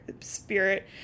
spirit